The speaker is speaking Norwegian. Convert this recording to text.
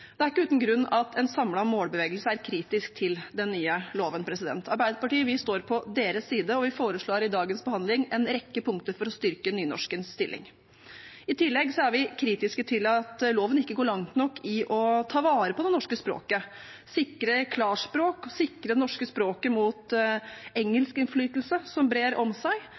Det er ikke uten grunn en samlet målbevegelse er kritisk til den nye loven. Arbeiderpartiet står på deres side, og vi foreslår i dagens behandling en rekke punkter for å styrke nynorskens stilling. I tillegg er vi kritiske til at loven ikke går langt nok i å ta vare på det norske språket, sikre klarspråk, sikre det norske språket mot engelskinnflytelse som brer om seg.